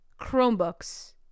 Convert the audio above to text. chromebooks